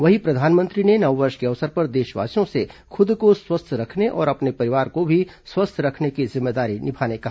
वहीं प्रधानमंत्री ने नववर्ष के अवसर पर देशवासियों से खूद को स्वस्थ रखने और अपने परिवार को भी स्वस्थ रखने की जिम्मेदारी निभाने कहा